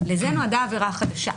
לזה נועדה העבירה החדשה.